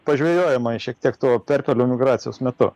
pažvejojama šiek tiek tų perpelių migracijos metu